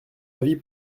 avis